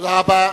תודה רבה.